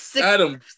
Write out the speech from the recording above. Adam